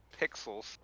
pixels